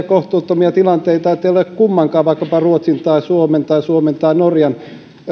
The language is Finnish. kohtuuttomia tilanteita että ei ole kummankaan vaikkapa ruotsin ja suomen tai suomen ja norjan